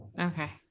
Okay